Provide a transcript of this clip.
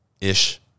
ish